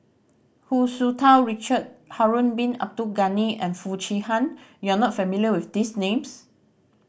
Hu Tsu Tau Richard Harun Bin Abdul Ghani and Foo Chee Han you are not familiar with these names